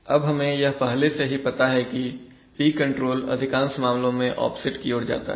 अब हमें यह पहले से ही पता है कि P कंट्रोल अधिकांश मामलों में ऑफसेट की ओर जाता है